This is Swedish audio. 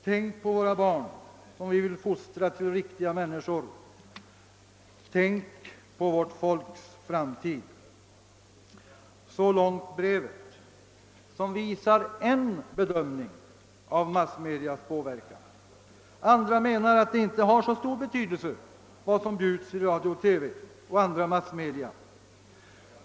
Tänk på våra barn, som vi vill fostra till riktiga människor, och tänk på vårt folks framtid!» Så långt brevet, som visar en bedömning av massmedias påverkan. Andra menar att det inte har så stor betydelse vad som bjuds i radio, TV och andra massmedia.